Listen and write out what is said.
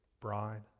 bride